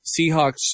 Seahawks